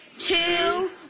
Two